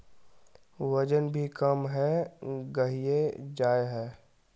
वजन भी कम है गहिये जाय है?